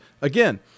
again